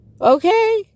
Okay